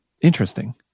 Interesting